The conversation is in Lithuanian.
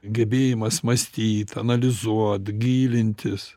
gebėjimas mąstyt analizuot gilintis